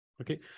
Okay